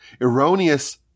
erroneous